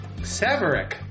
Severick